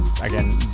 again